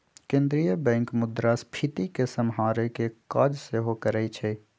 केंद्रीय बैंक मुद्रास्फीति के सम्हारे के काज सेहो करइ छइ